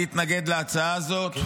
אני מתנגד להצעה הזאת.